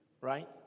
Right